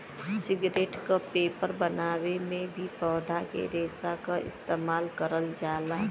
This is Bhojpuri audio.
सिगरेट क पेपर बनावे में भी पौधा के रेशा क इस्तेमाल करल जाला